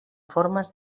formes